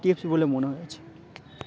tips বলে মনে হয়েছে